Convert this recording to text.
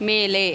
ಮೇಲೆ